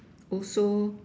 also